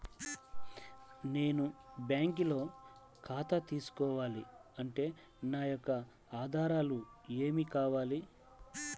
నేను బ్యాంకులో ఖాతా తీసుకోవాలి అంటే నా యొక్క ఆధారాలు ఏమి కావాలి?